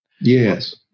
Yes